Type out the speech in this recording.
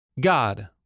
God